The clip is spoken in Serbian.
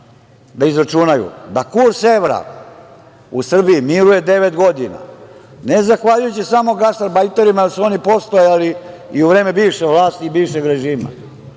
da izračunaju da kurs evra u Srbiji miruje već 9 godina, ne zahvaljujući samo gastarbajterima, jer su oni postojali i u vreme bivše vlasti i bivšeg režima,